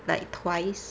like twice